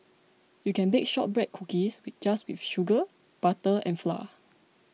you can bake Shortbread Cookies just with sugar butter and flour